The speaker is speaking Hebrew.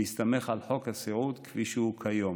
בהסתמך על חוק הסיעוד כפי שהוא כיום.